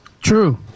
True